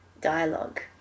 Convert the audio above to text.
dialogue